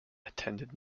attended